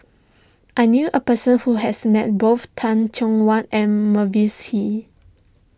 I knew a person who has met both Teh Cheang Wan and Mavis Hee